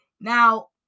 now